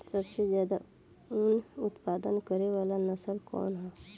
सबसे ज्यादा उन उत्पादन करे वाला नस्ल कवन ह?